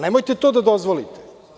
Nemojte to da dozvolite.